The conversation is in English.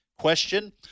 Question